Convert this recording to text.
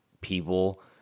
people